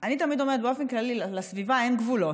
אני תמיד אומרת שלסביבה אין גבולות.